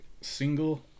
single